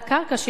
על הקרקע,